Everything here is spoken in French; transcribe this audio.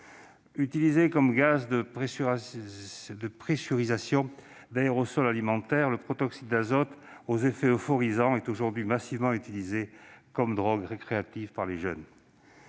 utilisé comme gaz de pressurisation d'aérosol alimentaire, le protoxyde d'azote, aux effets euphorisants, est aujourd'hui massivement utilisé comme drogue récréative par les jeunes.